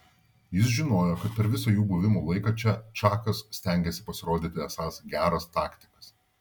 jis žinojo kad per visą jų buvimo laiką čia čakas stengiasi pasirodyti esąs geras taktikas